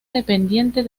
dependiente